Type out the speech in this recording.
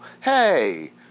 hey